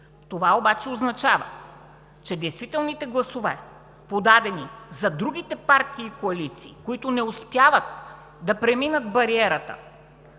Това обаче означава, че действителните гласове, подадени за другите партии и коалиции, които не успяват да преминат бариерата